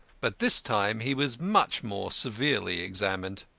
but this time he was much more severely examined.